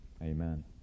Amen